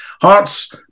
Hearts